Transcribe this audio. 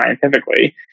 scientifically